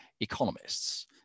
economists